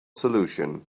solution